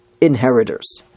inheritors